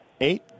Eight